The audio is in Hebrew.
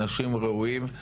אנשים ראויים,